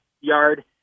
yard